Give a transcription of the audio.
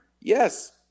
yes